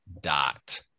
dot